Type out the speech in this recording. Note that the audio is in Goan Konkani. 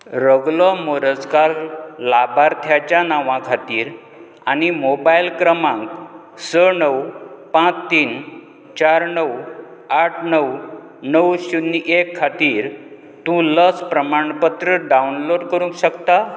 रगलो मोरजकार लाबार्थ्याच्या नांवा खातीर आनी मोबायल क्रमांक स णव पांच तीन चार णव आठ णव णव शुन्य एक खातीर तूं लस प्रमाणपत्र डावनलोड करूक शकता